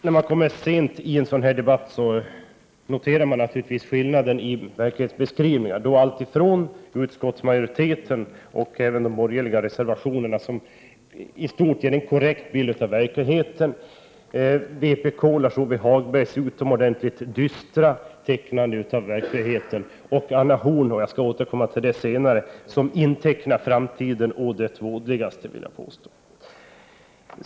När man kommer sent in i debatten noterar man naturligtvis skillnaderna i verklighetsbeskrivningar, alltifrån utskottsmajoritetens och de borgerliga reservationernas i stort sett korrekta bild av verkligheten till vpk:s Lars-Ove Hagbergs utomordentligt dystra teckning av verkligheten. Anna Horn af Rantzien å sin sida — jag skall återkomma till det senare —- intecknar framtiden å det vådligaste, vill jag påstå.